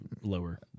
lower